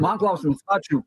man klausimas ačiū